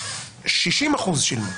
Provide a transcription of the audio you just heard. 60% שילמו.